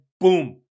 boom